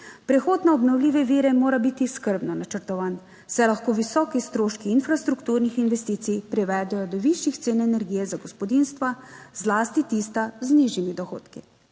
Prehod na obnovljive vire mora biti skrbno načrtovan, saj lahko visoki stroški infrastrukturnih investicij privedejo do višjih cen energije za gospodinjstva, zlasti tista z nižjimi dohodki.